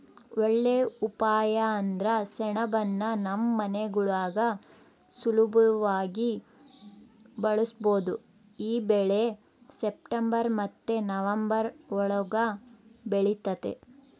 ಒಳ್ಳೇ ಉಪಾಯ ಅಂದ್ರ ಸೆಣಬುನ್ನ ನಮ್ ಮನೆಗುಳಾಗ ಸುಲುಭವಾಗಿ ಬೆಳುಸ್ಬೋದು ಈ ಬೆಳೆ ಸೆಪ್ಟೆಂಬರ್ ಮತ್ತೆ ನವಂಬರ್ ಒಳುಗ ಬೆಳಿತತೆ